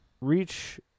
reach